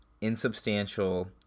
insubstantial